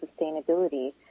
sustainability